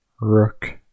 Rook